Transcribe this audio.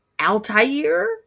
Altair